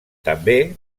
també